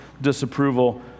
disapproval